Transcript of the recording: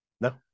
No